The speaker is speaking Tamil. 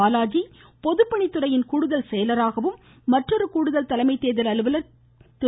பாலாஜி பொதுப்பணித்துறையின் கூடுதல் செயலராகவும் மற்றொரு கூடுதல் தலைமை தேர்தல் அலுவலர் திரு